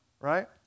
right